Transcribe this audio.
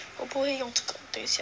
我不会用这个等一下